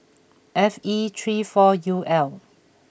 F E three four U L